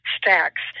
stacks